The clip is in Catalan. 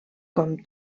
com